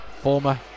former